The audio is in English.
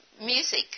music